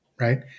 right